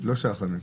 לא שייך ל-אומיקרון.